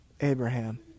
Abraham